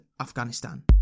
Afghanistan